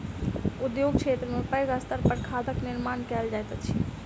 उद्योग क्षेत्र में पैघ स्तर पर खादक निर्माण कयल जाइत अछि